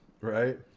right